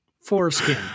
Foreskin